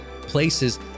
places